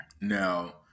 Now